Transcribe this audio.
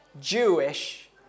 Jewish